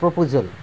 proposal